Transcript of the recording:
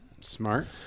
Smart